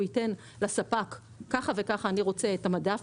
הוא ייתן לספק מידע איך הוא רוצה שהמדף